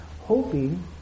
hoping